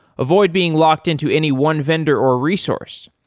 avoid being locked-in to any one vendor or resource.